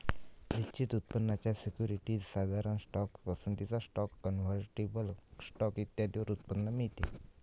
निश्चित उत्पन्नाच्या सिक्युरिटीज, साधारण स्टॉक, पसंतीचा स्टॉक, कन्व्हर्टिबल स्टॉक इत्यादींवर उत्पन्न मिळते